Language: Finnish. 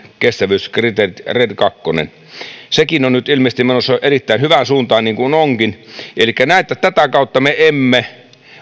kestävyyskriteeri red toisen sekin on nyt ilmeisesti menossa erittäin hyvään suuntaan niin kuin onkin elikkä tätä kautta me emme